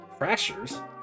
Crashers